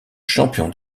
champion